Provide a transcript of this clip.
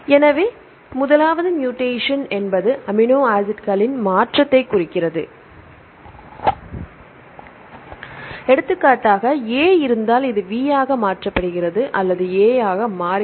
எனவே முதலாவது மூடேசன் என்பது அமினோ ஆசிட்களின் மாற்றத்தைக் குறிக்கிறது எடுத்துக்காட்டாக A இருந்தால் இது V ஆக மாற்றப்படுகிறது அல்லது A ஆக மாறுகிறது